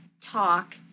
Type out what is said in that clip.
talk